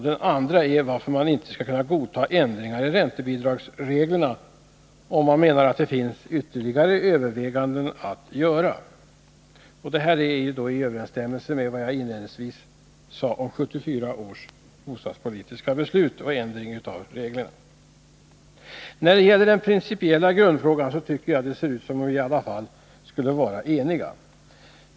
Det andra är varför man inte skall kunna godta ändringar i räntebidragsreglerna om man menar att det finns ytterligare överväganden att göra. Det här är i överensstämmelse med vad jag inledningsvis sade om 1974 års bostadspolitiska beslut och ändringen av reglerna. När det gäller den principiella grundfrågan tycker jag det ser ut som om vii alla fall skulle vara eniga.